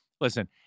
listen